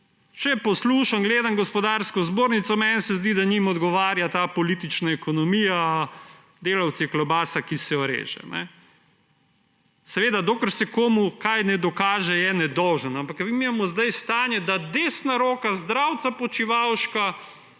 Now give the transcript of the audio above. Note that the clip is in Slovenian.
Če poslušam, gledam Gospodarsko zbornico, se meni zdi, da njim odgovarja ta politična ekonomija, delavec je klobasa, ki se jo reže. Seveda, dokler se komu česa ne dokaže, je nedolžen, ampak mi imamo zdaj stanje, da desna roka Zdravca Počivalška,